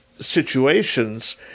situations